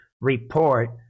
report